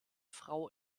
frau